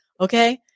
okay